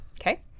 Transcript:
Okay